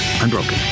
unbroken